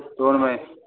stall में